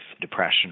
depression